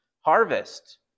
harvest